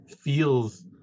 feels